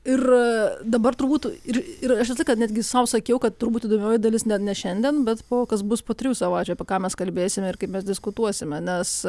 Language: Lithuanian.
ir dabar turbūt ir ir aš visą laiką netgi sau sakiau kad turbūt įdomioji dalis šiandien bet po kas bus po trijų savaičių apie ką mes kalbėsime ir kaip mes diskutuosime nes